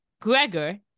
Gregor